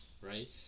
right